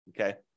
okay